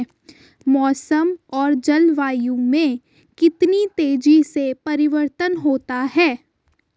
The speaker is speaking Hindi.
मौसम और जलवायु में कितनी तेजी से परिवर्तन होता है?